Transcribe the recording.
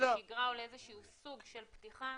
לשגרה או לאיזה שהוא סוג של פתיחה